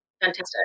fantastic